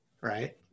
right